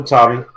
Tommy